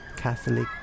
Catholic